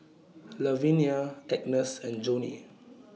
Lavinia Agnes and Johney